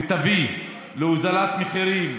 ותביא, להוזלת מחירים